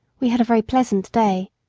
we had a very pleasant day.